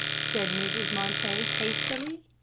said mrs. montague, hastily.